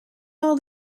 all